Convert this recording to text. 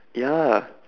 ya